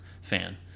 fan